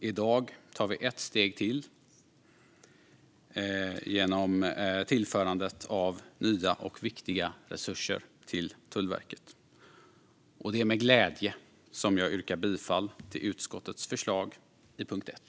I dag tar vi ett steg till genom tillförandet av nya och viktiga resurser till Tullverket. Det är med glädje som jag yrkar bifall till utskottets förslag under punkt 1.